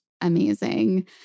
amazing